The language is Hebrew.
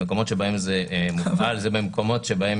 המקומות שבהם זה מופעל זה מקומות שבהם